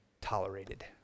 tolerated